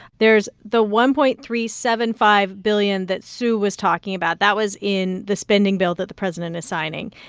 there's the one point three seven five billion dollars that sue was talking about. that was in the spending bill that the president is signing.